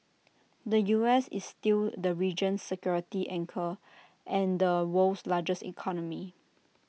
the U S is still the region security anchor and the world's largest economy